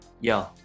yo